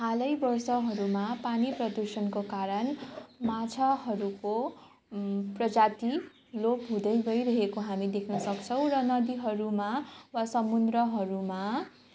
हालै वर्षहरूमा पानी प्रदुषणको कारण माछाहरूको प्रजाति लोप हुँदै गइरहेको हामी देख्न सक्छौँ र नदीहरूमा वा समुद्रहरूमा